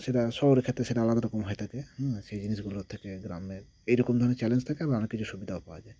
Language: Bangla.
সেটা শহরের ক্ষেত্রে সেটা আলাদা রকম হয়ে থাকে হ্যাঁ সেই জিনিসগুলো থাকে গ্রামে এইরকম ধরনের চ্যালেঞ্জ থাকে আবার আরও কিছু সুবিধাও পায়